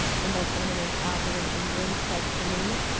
the most eminent author in england said to me.